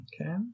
Okay